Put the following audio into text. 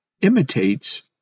imitates